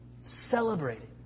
celebrating